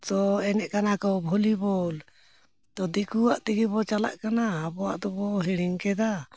ᱛᱚ ᱮᱱᱮᱡ ᱠᱟᱱᱟ ᱠᱚ ᱵᱷᱚᱞᱤᱵᱚᱞ ᱛᱚ ᱫᱤᱠᱩᱣᱟᱜ ᱛᱮᱜᱮ ᱵᱚᱱ ᱪᱟᱞᱟᱜ ᱠᱟᱱᱟ ᱟᱵᱚᱣᱟᱜ ᱫᱚᱵᱚᱱ ᱦᱤᱲᱤᱧ ᱠᱮᱫᱟ